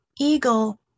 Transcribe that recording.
eagle